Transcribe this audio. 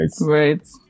Right